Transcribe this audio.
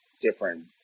different